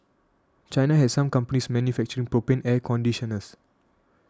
China has some companies manufacturing propane air conditioners